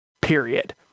period